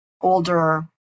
older